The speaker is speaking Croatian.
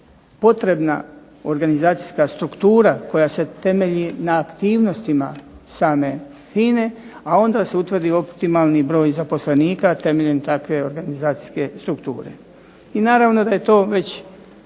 potrebna organizacijska struktura koja se temelji na aktivnostima same FINA-e, a onda se utvrdi optimalni broj zaposlenika temeljem takve organizacijske strukture. I naravno da je to već